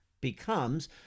becomes